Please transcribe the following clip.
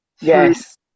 Yes